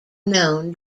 known